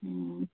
ꯎꯝ